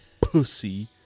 pussy